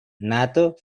nato